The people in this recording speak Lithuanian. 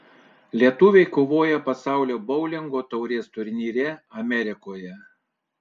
lietuviai kovoja pasaulio boulingo taurės turnyre amerikoje